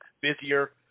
busier